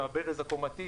והברז הקומתי,